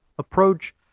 approach